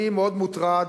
אני מאוד מוטרד.